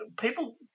people